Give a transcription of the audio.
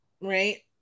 Right